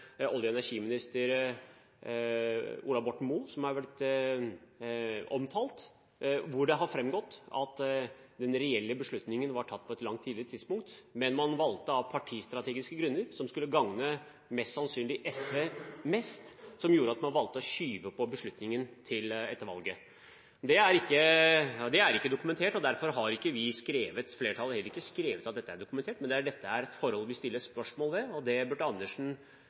olje- og energiminister Ola Borten Moe har blitt omtalt – hvor det har framgått at den reelle beslutningen var tatt på et langt tidligere tidspunkt. Men man valgte av partistrategiske grunner, som mest sannsynlig skulle gagne SV mest – å skyve på beslutningen til etter valget. Det er ikke dokumentert, og derfor har heller ikke flertallet skrevet at dette er dokumentert. Men dette er et forhold vi stiller spørsmål ved, og det burde Andersen